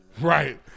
Right